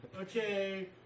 Okay